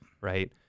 Right